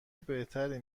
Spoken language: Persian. بهتری